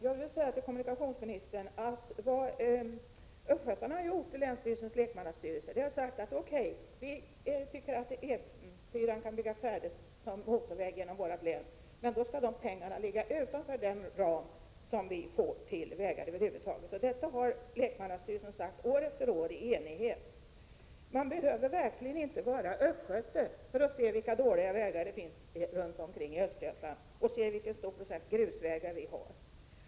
Herr talman! Vad östgötarna i länsstyrelsens lekmannastyrelse har gjort, kommunikationsministern, är att de har sagt: Okej, E 4-an kan byggas färdig i egenskap av motorväg genom vårt län. Men då skall de pengarna ligga utanför den medelsram som gäller för våra vägar över huvud taget. Detta har en enig lekmannastyrelse sagt år efter år. Man behöver verkligen inte vara östgöte för att kunna konstatera att vägarna är dåliga runt om i Östergötland. Vidare är en stor procent av vägarna grusvägar.